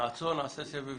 נעצור ונעשה סבב התייחסויות.